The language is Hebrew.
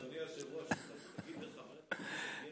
אדוני היושב-ראש, אמסלם, לא